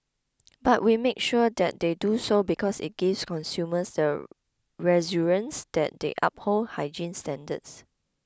but we make sure that they do so because it gives consumers the reassurance that they uphold hygiene standards